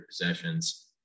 possessions